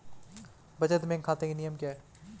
बचत बैंक खाता के नियम क्या हैं?